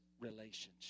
relationship